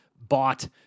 bought